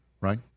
right